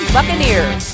Buccaneers